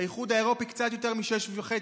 באיחוד האירופי קצת יותר מ-6.5%.